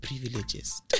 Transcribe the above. privileges